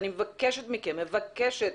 אני מבקשת מכם, מבקשת,